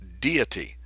deity